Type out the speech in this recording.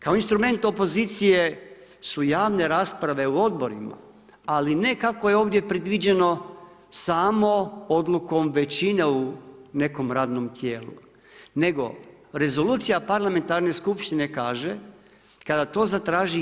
Kao instrument opozicije su javne rasprave u odborima ali ne kako je ovdje predviđeno samo odlukom većine u nekom radnom tijelu nego rezolucija parlamentarne skupštine kaže kada to zatraži 1/